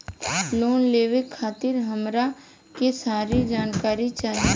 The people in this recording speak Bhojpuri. लोन लेवे खातीर हमरा के सारी जानकारी चाही?